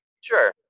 Sure